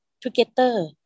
together